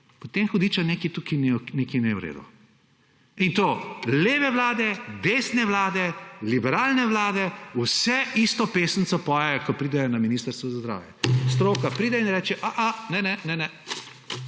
potem, hudiča, tukaj nekaj ni v redu. In to leve vlade, desne vlade, liberalne vlade, vse isto pesmico pojejo, ko pridejo na Ministrstvo za zdravje! Stroka pride in reče, ne ne, takole